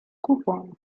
coupon